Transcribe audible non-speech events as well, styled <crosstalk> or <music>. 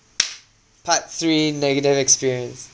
<noise> part three negative experience